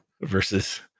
versus